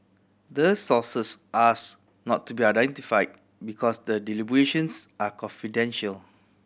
the sources ask not to be identify because the deliberations are confidential